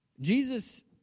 Jesus